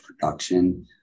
production